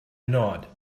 nod